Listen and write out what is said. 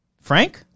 Frank